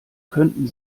könnten